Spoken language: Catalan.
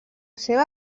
seva